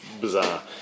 bizarre